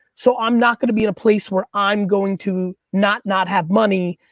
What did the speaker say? so i'm not gonna be in a place where i'm going to not not have money.